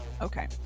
Okay